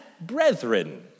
brethren